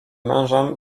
mężem